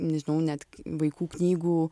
nežinau net vaikų knygų